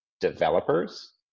developers